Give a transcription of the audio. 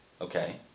okay